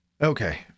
Okay